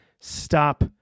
stop